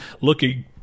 looking